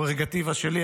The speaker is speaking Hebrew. הפררוגטיבה שלי.